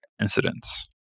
incidents